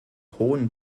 hohen